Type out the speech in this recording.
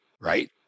right